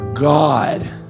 God